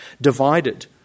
divided